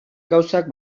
gauzak